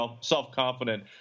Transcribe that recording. self-confident